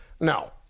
No